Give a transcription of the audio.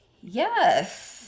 Yes